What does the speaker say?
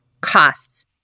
costs